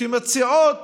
שמציעות